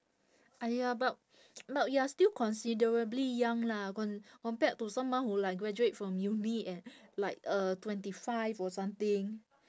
!aiya! but but you're still considerably young lah con~ compared to someone who like graduate from uni at like uh twenty five or something